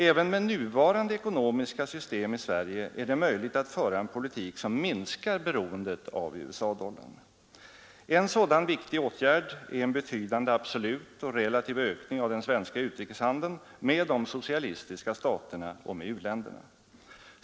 Även med nuvarande ekonomiska system i Sverige är det möjligt att föra en politik som minskar beroendet av USA-dollarn. En sådan viktig åtgärd är en betydande absolut och relativ ökning av den svenska handeln med de socialistiska staterna och med u-länderna.